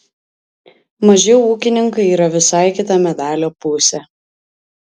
maži ūkininkai yra visai kita medalio pusė